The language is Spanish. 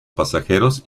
pasajeros